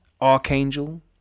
Archangel